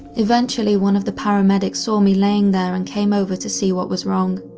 eventually one of the paramedics saw me laying there and came over to see what was wrong.